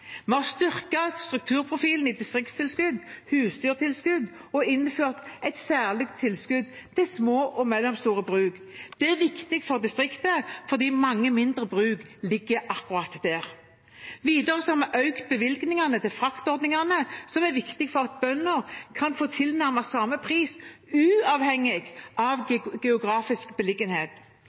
Vi har styrket strukturprofilen i distriktstilskudd og husdyrtilskudd og innført et særlig tilskudd til små og mellomstore bruk. Det er viktig for distriktene, fordi mange mindre bruk ligger akkurat der. Videre har vi økt bevilgningene til fraktordningene, som er viktig for at bønder kan få tilnærmet samme pris uavhengig av geografisk beliggenhet,